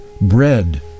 bread